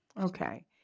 Okay